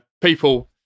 people